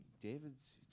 David's